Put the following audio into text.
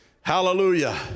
Hallelujah